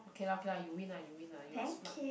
okay lah okay lah you win lah you win lah you are smart